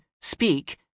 speak